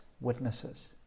Witnesses